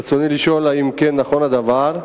רצוני לשאול, 1. האם נכון הדבר?